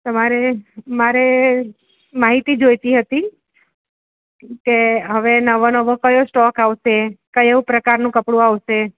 તમારે મારે માહિતી જોઈતી હતી કે હવે નવો નવો કયો સ્ટોક આવશે કયો પ્રકારનું કપડું આવશે